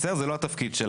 זה לא התפקיד שלך.